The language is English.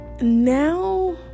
now